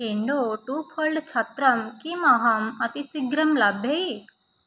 हेण्डो two fold छत्रं किम् अहम् अतिशीघ्रं लभै